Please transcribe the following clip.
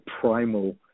primal